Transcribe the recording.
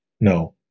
No